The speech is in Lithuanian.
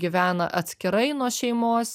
gyvena atskirai nuo šeimos